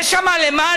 יש שם למעלה,